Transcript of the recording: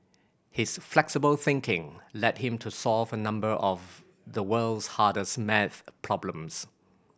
his flexible thinking led him to solve a number of the world's hardest maths problems